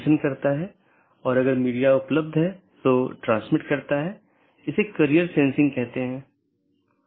संचार में BGP और IGP का role BGP border gateway protocol और IGP इंटरनेट गेटवे प्रोटोकॉल